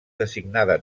designada